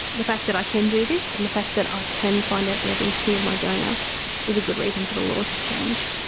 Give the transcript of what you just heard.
the fact that i can do this and the fact that i can find out the identity of my donor is a good reason for the laws to change.